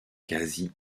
quasi